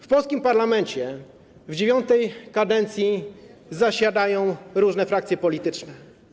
W polskim parlamencie w IX kadencji zasiadają różne frakcje polityczne.